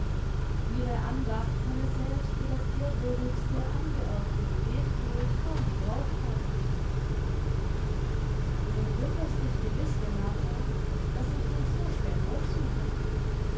ihre andacht könne selbst für das ehrwürdigste angeerbte gebetpult kaum gebrauch haben du wunderst dich gewiß renata daß ich dich so spät aufsuche